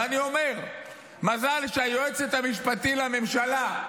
ואני אומר, מזל שהיועצת המשפטית לממשלה,